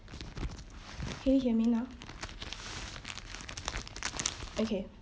can you hear me now okay